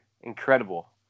Incredible